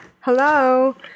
hello